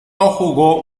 jugó